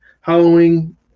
Halloween